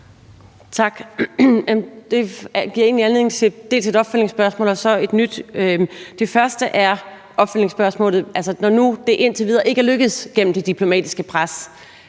Tak. Det giver anledning til et opfølgende spørgsmål og også et nyt spørgsmål. Det opfølgende spørgsmål er: Når nu det indtil videre ikke er lykkedes gennem det diplomatiske pres,